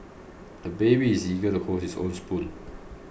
the baby is eager to hold his own spoon